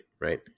right